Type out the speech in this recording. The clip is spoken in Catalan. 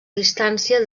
distància